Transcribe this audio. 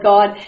God